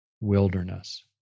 wilderness